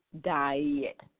diet